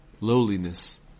lowliness